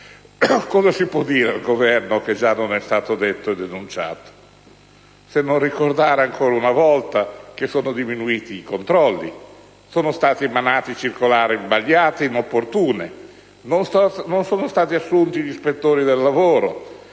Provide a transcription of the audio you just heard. Cosa si può dire al Governo che già non è stato detto e denunciato, se non ricordare ancora una volta che sono diminuiti i controlli, sono state emanate circolari sbagliate ed inopportune e non sono stati assunti gli ispettori del lavoro